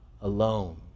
alone